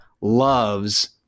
loves